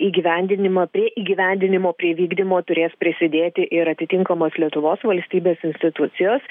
įgyvendinimą prie įgyvendinimo prie vykdymo turės prisidėti ir atitinkamos lietuvos valstybės institucijos